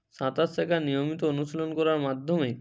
সাঁতার শেখার নিয়মিত অনুশীলন করার মাধ্যমে